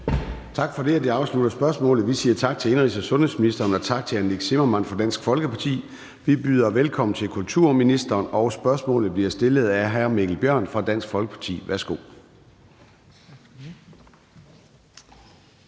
Tak for det, og det afslutter spørgsmålet. Vi siger tak til indenrigs- og sundhedsministeren og tak til hr. Nick Zimmermann fra Dansk Folkeparti. Vi byder velkommen til kulturministeren, og spørgsmålet bliver stillet af hr. Mikkel Bjørn fra Dansk Folkeparti. Kl.